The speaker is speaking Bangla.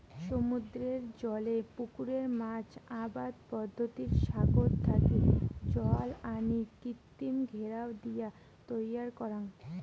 সমুদ্রের জলের পুকুরে মাছ আবাদ পদ্ধতিত সাগর থাকি জল আনি কৃত্রিম ঘেরাও দিয়া তৈয়ার করাং